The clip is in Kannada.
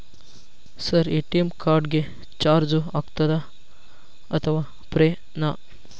ಸರ್ ಎ.ಟಿ.ಎಂ ಕಾರ್ಡ್ ಗೆ ಚಾರ್ಜು ಆಗುತ್ತಾ ಅಥವಾ ಫ್ರೇ ನಾ?